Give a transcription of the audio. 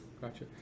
gotcha